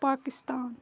Pakistan